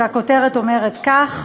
והכותרת אומרת כך: